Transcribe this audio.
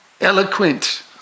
eloquent